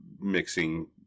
mixing